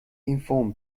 inform